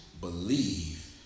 believe